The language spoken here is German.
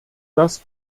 das